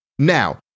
Now